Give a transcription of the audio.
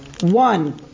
one